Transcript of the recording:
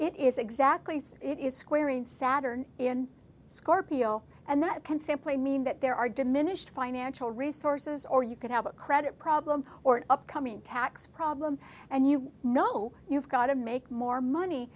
it is exactly as it is squaring saturn in scorpio and that can simply mean that there are diminished financial resources or you could have a credit problem or an upcoming tax problem and you know you've got to make more money